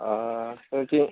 okay